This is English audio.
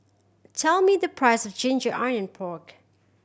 tell me the price of ginger onion pork